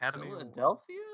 Philadelphia